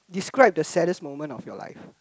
describe the saddest moment of your life